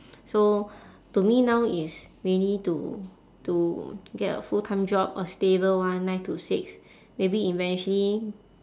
so to me now it's mainly to to get a full-time job a stable one nine to six maybe eventually